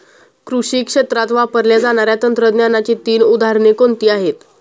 कृषी क्षेत्रात वापरल्या जाणाऱ्या तंत्रज्ञानाची तीन उदाहरणे कोणती आहेत?